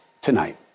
tonight